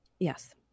yes